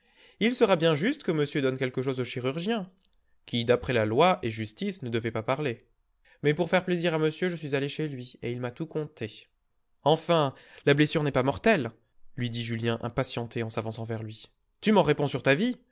il sera bien juste que monsieur donne quelque chose au chirurgien qui d'après la loi et justice ne devait pas parler mais pour faire plaisir à monsieur je suis allé chez lui et il m'a tout conté enfin la blessure n'est pas mortelle lui dit julien impatienté en s'avançant vers lui tu m'en réponds sur ta vie